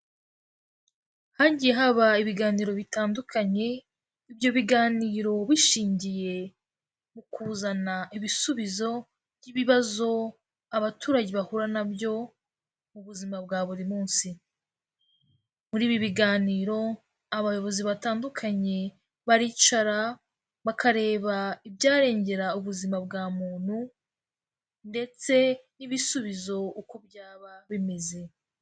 Hagiye haba ibiganiro bitandukanye, ibyo biganiro bishingiye ku kuzana ibisubizo by'ibibazo abaturage bahura nabyo mu buzima bwa buri munsi, muri ibi biganiro abayobozi batandukanye baricara bakareba ibyarengera ubuzima bwa muntu, ndetse n'ibisubizo uko byaba bimeze.